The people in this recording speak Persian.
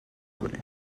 کنی